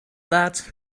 that